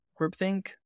groupthink